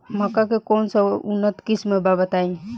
मक्का के कौन सा उन्नत किस्म बा बताई?